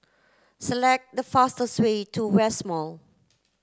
select the fastest way to West Mall